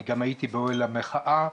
אני גם הייתי באוהל המחאה,